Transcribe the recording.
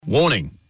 Warning